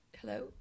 hello